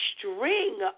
string